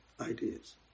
ideas